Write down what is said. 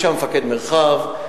יש שם מפקד מרחב,